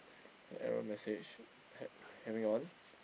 error message ha~ having on